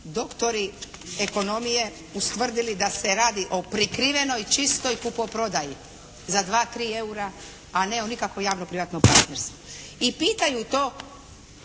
doktori ekonomije ustvrdili da se radi o prikrivenoj čistoj kupoprodaji za 2, 3 EUR-a a ne o nikakvom javno-privatnom partnerstvu. I pitaju to